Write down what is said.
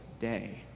day